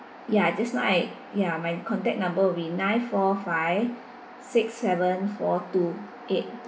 ya just now I ya my contact number will be nine four five six seven four two eight